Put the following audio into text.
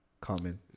common